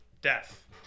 death